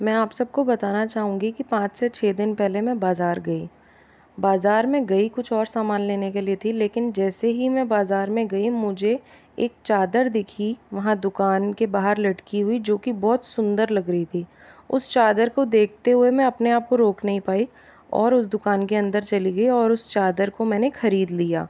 मैं आप सबको बताना चाहूंगी कि पाँच से छ दिन पहले मैं बाज़ार गई बाज़ार में गई कुछ और सामान लेने के लिय थी लेकिन जैसे ही मैं बाज़ार में गई मुझे एक चादर दिखी वहाँ दुकान के बाहर लटकी हुई जो की बहुत सुंदर लग रही थी उस चादर को देखते हुए मैं अपने आप को रोक नहीं पाई और उस दुकान के अंदर चली गयी और उस चादर को मैंने ख़रीद लिया